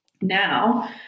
Now